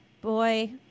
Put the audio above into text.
Boy